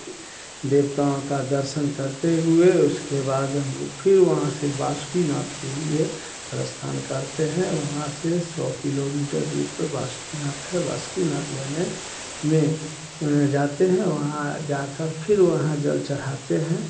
देवताओं का दर्शन करते हुए उसके बाद हम लोग फिर वहाँ से बासकी नाथ के लिए प्रस्थान करते हैं वहाँ से सौ किलोमीटर दूर पर बासकी नाथ है बासकी नाथ जाने में जाते हैं वहाँ जाकर फिर वहाँ जल चढ़ाते हैं